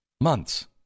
months